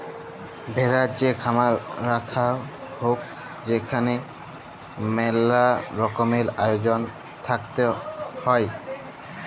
ভেড়ার যে খামার রাখাঙ হউক সেখালে মেলা রকমের আয়জল থাকত হ্যয়